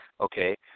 okay